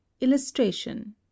illustration